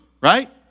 right